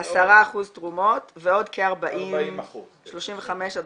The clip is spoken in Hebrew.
10% תרומות ועוד 35% עד